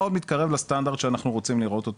מאוד מתקרב לסטנדרט שאנחנו רומים לראות אותו,